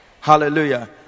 Hallelujah